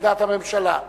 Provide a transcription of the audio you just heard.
עמדת הממשלה.